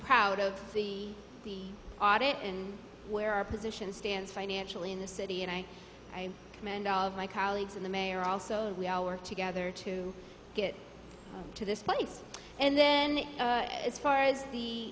proud of the audit and where our position stands financially in the city and i i commend all of my colleagues and the mayor also we all work together to get to this place and then as far as the